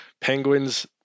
penguins